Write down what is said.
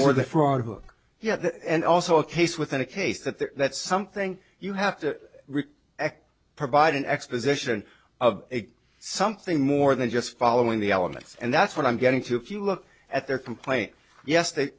for the fraud hook yeah and also a case within a case that there that's something you have to provide an exposition of something more than just following the elements and that's what i'm getting to if you look at their complaint yes